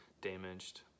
damaged